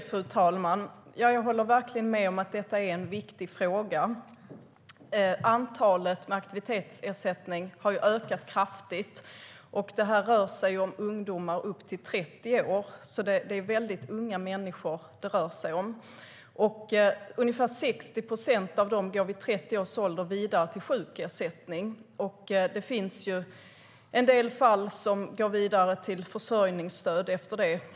Fru talman! Jag håller verkligen med om att det är en viktig fråga. Antalet med aktivitetsersättning har ökat kraftigt. Det rör sig om ungdomar upp till 30 år, så det handlar om väldigt unga människor. Ungefär 60 procent går vid 30 års ålder vidare till sjukersättning, och det finns en del fall som går vidare till försörjningsstöd efter det.